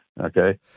okay